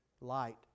light